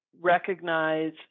recognize